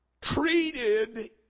treated